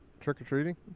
trick-or-treating